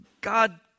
God